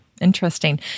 Interesting